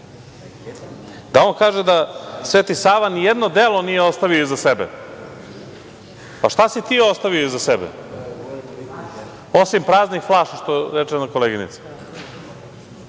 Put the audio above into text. on kaže da Sveti Sava nijedno delo nije ostavio iza sebe. Pa, šta si ti ostavio iza sebe osim praznih flaša, i što pratiš